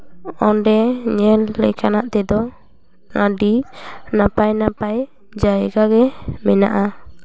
ᱚᱰᱮ ᱧᱮᱞ ᱞᱮᱠᱟᱱᱟᱜ ᱛᱮᱫᱚ ᱟᱹᱰᱤ ᱱᱟᱯᱟᱭ ᱱᱟᱯᱟᱭ ᱡᱟᱭᱜᱟ ᱜᱮ ᱢᱮᱱᱟᱜᱼᱟ